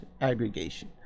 aggregation